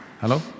Hello